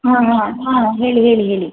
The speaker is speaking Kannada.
ಹಾಂ ಹಾಂ ಹಾಂ ಹೇಳಿ ಹೇಳಿ ಹೇಳಿ